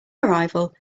arrival